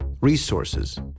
resources